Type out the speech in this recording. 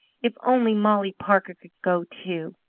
if only molly parker could go too!